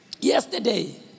yesterday